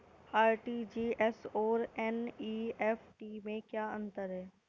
RTGS और NEFT में क्या अंतर है?